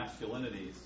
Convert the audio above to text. masculinities